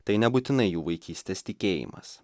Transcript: tai nebūtinai jų vaikystės tikėjimas